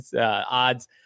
odds